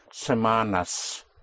Semanas